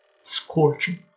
scorching